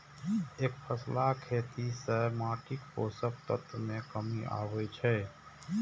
एकफसला खेती सं माटिक पोषक तत्व मे कमी आबै छै